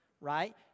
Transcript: right